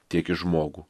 tiek į žmogų